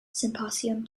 symposium